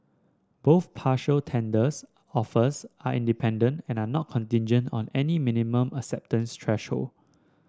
both partial tenders offers are independent and are not contingent on any minimum acceptance threshold